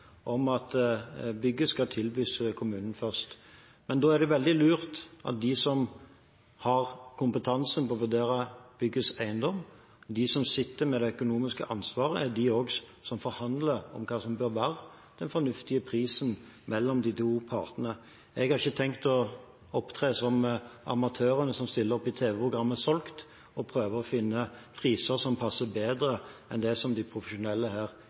om at bygget skal tilbys kommunen først. Men da er det veldig lurt at de som har kompetansen på å vurdere byggets eiendom, de som sitter med det økonomiske ansvaret, også er de som forhandler om hva som bør være den fornuftige prisen mellom de to partene. Jeg har ikke tenkt å opptre som amatørene som stiller opp i tv-programmet «Solgt!», og prøve å finne priser som passer bedre enn det som de profesjonelle her